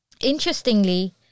interestingly